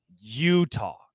Utah